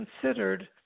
considered